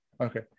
okay